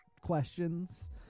questions